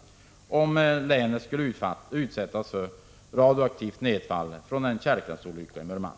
Norrbotten — om länet skulle utsättas för radioaktivt nedfall i samband med en kärnkraftsolycka i Murmansk?